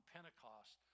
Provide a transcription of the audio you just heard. Pentecost